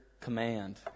command